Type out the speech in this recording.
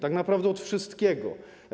Tak naprawdę od wszystkiego.